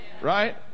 Right